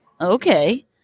okay